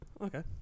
okay